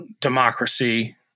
democracy